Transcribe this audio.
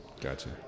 Gotcha